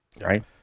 Right